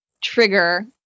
trigger